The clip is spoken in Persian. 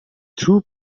توپ